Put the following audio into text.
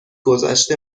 گذشت